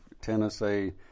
Tennessee